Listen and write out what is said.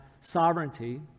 sovereignty